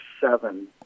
seven